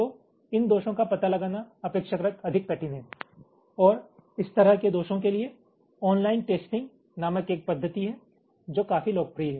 तो इन दोषों का पता लगाना अपेक्षाकृत अधिक कठिन है और इस तरह के दोषों के लिए ऑनलाइन टेस्टिंग नामक एक पद्धति है जो काफी लोकप्रिय है